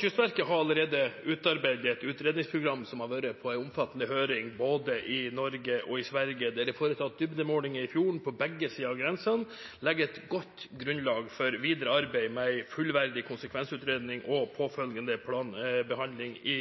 Kystverket har allerede utarbeidet et utredningsprogram, som har vært på en omfattende høring både i Norge og i Sverige. Det er foretatt dybdemålinger i fjorden på begge sider av grensen. Det legger et godt grunnlag for videre arbeid med en fullverdig konsekvensutredning og påfølgende planbehandling i